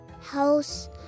house